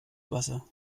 wasser